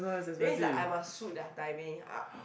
then it's like I must suit their timing uh